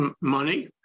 money